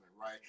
right